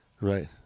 Right